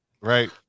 right